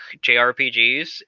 JRPGs